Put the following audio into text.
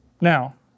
now